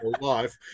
life